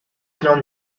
known